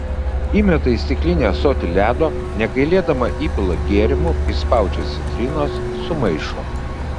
įmeta į stiklinį ąsotį ledo negailėdama įpila gėrimų išspaudžia citrinos sumaišo